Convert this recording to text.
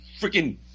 freaking